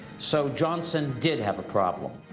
so johnson did have a problem.